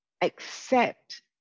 accept